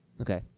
Okay